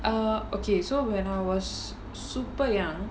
err okay so when I was super young